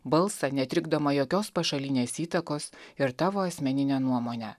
balsą netrikdomą jokios pašalinės įtakos ir tavo asmeninę nuomonę